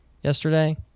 yesterday